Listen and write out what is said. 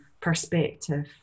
perspective